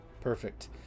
perfect